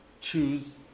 choose